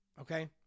Okay